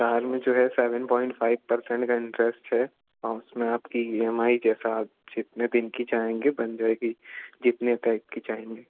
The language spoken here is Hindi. कार में जो है सेवन पॉइंट फ़ाइव का इंट्रेस्ट है और उसमें आपकी ई एम आई जैसा आप जितने दिन की चाहेंगे बन जाएगी जितने टाइप की चाहेंगे